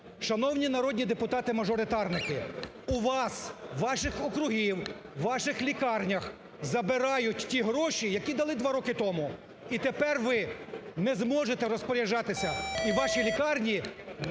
Шановні народні депутати мажоритарники! У вас в ваших округів, у ваших лікарнях забирають ті гроші, які дали два роки тому. І тепер ви не зможете розпоряджатися, і ваші лікарні